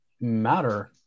matter